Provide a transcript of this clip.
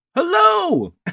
Hello